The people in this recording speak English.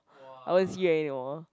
I won't see anymore